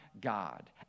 God